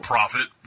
Profit